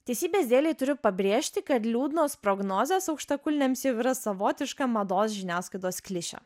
teisybės dėlei turiu pabrėžti kad liūdnos prognozės aukštakulniams jau yra savotiška mados žiniasklaidos klišė